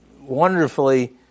wonderfully